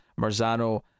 marzano